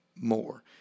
More